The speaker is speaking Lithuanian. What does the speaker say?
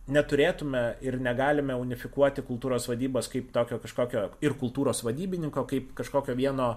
neturėtume ir negalime unifikuoti kultūros vadybos kaip tokio kažkokio ir kultūros vadybininko kaip kažkokio vieno